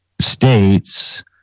states